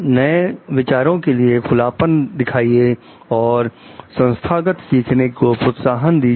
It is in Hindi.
नए विचारों के लिए खुलापन दिखाइए और संस्थागत सीखने को प्रोत्साहन दीजिए